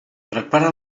prepara